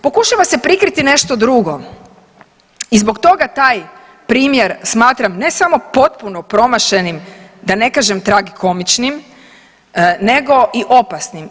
Pokušava se prikriti nešto drugo i zbog taj primjer smatram ne samo potpuno promašenim da ne kažem tragikomičnim nego i opasnim.